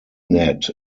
net